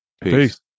peace